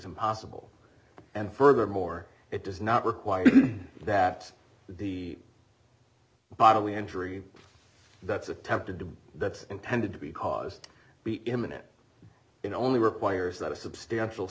impossible and furthermore it does not require that the bodily injury that's attempted to that's intended to be caused be imminent you know only requires that a substantial